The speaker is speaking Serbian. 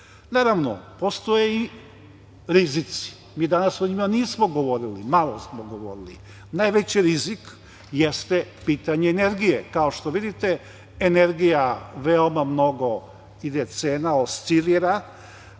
budžet. Naravno, postoje i rizici. Mi danas o njima nismo govorili, malo smo govorili. Najveći rizik jeste pitanje energije. Kao što vidite, energija veoma mnogo ide cena, oscilira,